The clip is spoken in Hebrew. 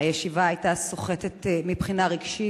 הישיבה היתה סוחטת מבחינה רגשית.